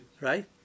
right